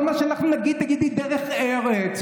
כל מה שאנחנו נגיד, תגידי: דרך ארץ.